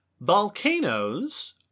Volcanoes